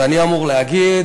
ואני אמור להגיד: